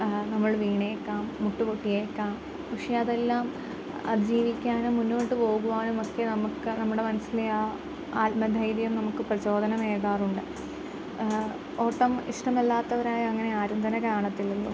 നമ്മൾ വീണേക്കാം മുട്ട് പൊട്ടിയേക്കാം പക്ഷേ അതെല്ലാം അതിജീവിക്കാൻ മുന്നോട്ട് പോകുവാനും ഒക്കെ നമുക്ക് നമ്മുടെ മനസ്സിനെ ആ ആത്മ ധൈര്യം നമുക്ക് പ്രചോദനമേകാറുണ്ട് ഓട്ടം ഇഷ്ടമല്ലാത്തവരായി അങ്ങനെ ആരും തന്നെ കാണത്തില്ലല്ലോ